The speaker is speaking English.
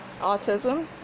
autism